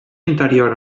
interior